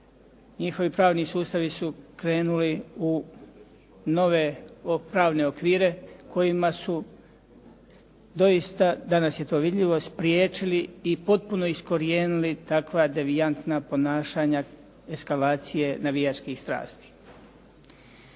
njihovi pravni sustavi su krenuli u nove pravne okvire kojima su doista, danas je to vidljivo spriječili i potpuno iskorijenili takva devijantna ponašanja, eskalacije navijačkih strasti.